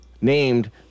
named